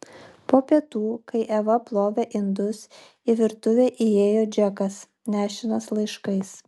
po pietų kai eva plovė indus į virtuvę įėjo džekas nešinas laiškais